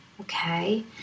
Okay